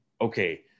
okay